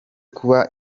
kuba